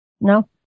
no